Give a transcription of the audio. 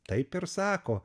taip ir sako